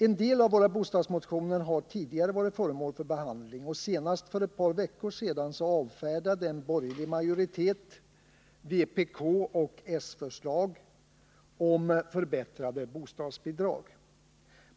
En del av våra bostadsmotioner har tidigare varit föremål för behandling, och senast för ett par veckor sedan avfärdade en borgerlig majoritet vpkoch s-förslag om förbättrade bostadsbidrag.